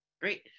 Great